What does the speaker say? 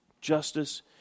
justice